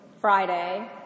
Friday